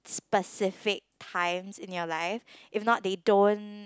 specific times in your life if not they don't